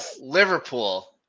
Liverpool